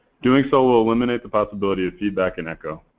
doing so will eliminate the possibility of feedback and echo.